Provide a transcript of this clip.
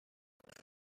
values